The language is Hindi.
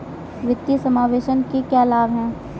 वित्तीय समावेशन के क्या लाभ हैं?